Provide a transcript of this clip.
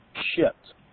shipped